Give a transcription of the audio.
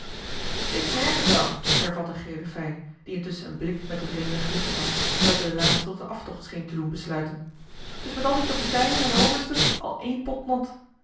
ik merk het wel hervatte gele fij die intusschen een blik met den vreemde gewisseld had welke den laatsten tot den aftocht scheen te doen besluiten het is met al die kapiteinen en oversten al één pot nat